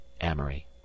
Amory